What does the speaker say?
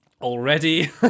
already